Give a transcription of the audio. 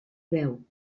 beu